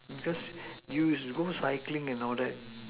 because you go cycling and all that